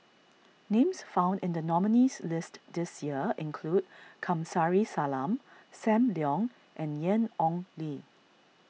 names found in the nominees' list this year include Kamsari Salam Sam Leong and Ian Ong Li